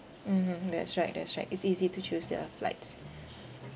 mmhmm that's right that's right it's easy to choose their flights